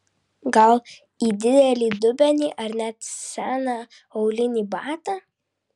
gal į didelį dubenį ar net seną aulinį batą